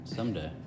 Someday